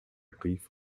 brief